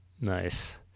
Nice